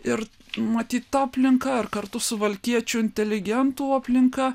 ir matyt ta aplinka ar kartu suvalkiečių inteligentų aplinka